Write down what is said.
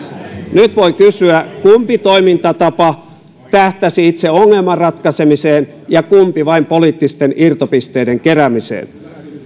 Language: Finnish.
nyt voi kysyä kumpi toimintatapa tähtäsi itse ongelman ratkaisemiseen ja kumpi vain poliittisten irtopisteiden keräämiseen